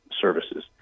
services